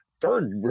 third